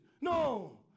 No